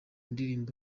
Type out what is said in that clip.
ndirimbo